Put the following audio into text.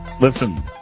listen